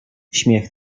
śmiech